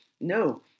no